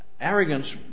Arrogance